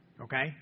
okay